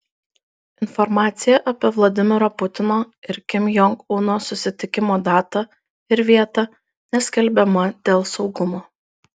informacija apie vladimiro putino ir kim jong uno susitikimo datą ir vietą neskelbiama dėl saugumo